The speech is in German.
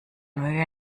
mühe